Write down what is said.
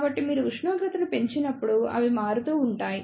కాబట్టి మీరు ఉష్ణోగ్రతను పెంచినప్పుడు అవి మారుతూ ఉంటాయి